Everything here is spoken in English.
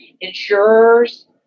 insurers